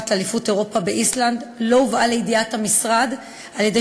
לאליפות אירופה באיסלנד לא הובאה לידיעת המשרד על-ידי